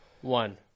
one